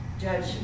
judge